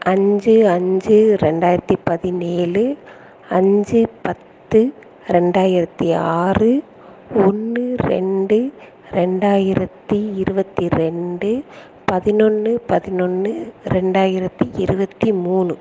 அஞ்சு அஞ்சு ரெண்டாயிரத்தி பதினேழு அஞ்சு பத்து ரெண்டாயிரத்தி ஆறு ஒன்று ரெண்டு ரெண்டாயிரத்தி இருபத்தி ரெண்டு பதினொன்று பதினொன்று ரெண்டாயிரத்தி இருபத்தி மூணு